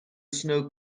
snow